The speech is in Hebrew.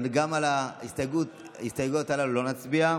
גם על ההסתייגויות הללו לא נצביע.